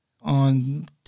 on